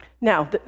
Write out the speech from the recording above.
Now